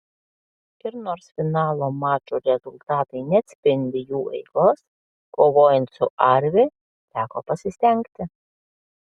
ir nors finalo mačų rezultatai neatspindi jų eigos kovojant su arvi teko pasistengti